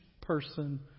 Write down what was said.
person